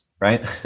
right